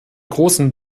großen